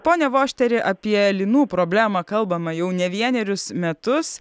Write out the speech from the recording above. pone vošteri apie linų problemą kalbama jau ne vienerius metus